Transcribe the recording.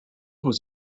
was